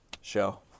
show